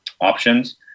options